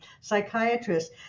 psychiatrist